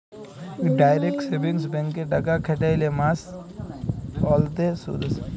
direct savings ব্যাংকে টাকা খ্যাটাইলে মাস অল্তে সুদ আসে